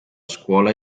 scuola